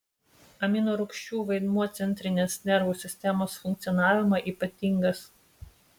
aminorūgščių vaidmuo centrinės nervų sistemos funkcionavimui ypatingas